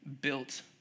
built